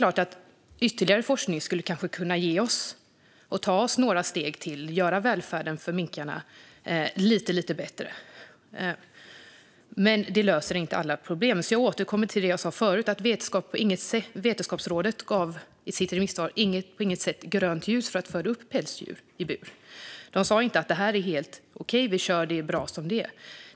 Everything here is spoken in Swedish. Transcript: Ytterligare forskning skulle kanske kunna ta oss några steg till och göra välfärden för minkarna lite bättre, men det löser inte alla problem. Jag återkommer till det jag sa förut - att rådet i sitt remissvar på intet sätt gav grönt ljus för att föda upp pälsdjur i bur. Man sa inte att det är helt okej, vi kör, det är bra som det är.